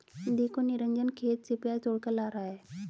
देखो निरंजन खेत से प्याज तोड़कर ला रहा है